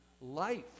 life